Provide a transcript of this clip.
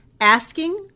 asking